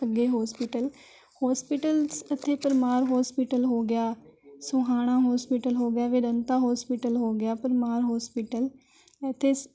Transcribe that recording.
ਅੱਗੇ hospital hospitals ਇੱਥੇ Parmar hospital ਹੋ ਗਿਆ ਸੋਹਾਣਾ ਹੋਸਪਿਟਲ ਹੋ ਗਿਆ ਵੇਰੰਤਾ ਹੋਸਪਿਟਲ ਹੋ ਗਿਆ ਪਰਮਾਰ ਹੋਸਪਿਟਲ ਇੱਥੇ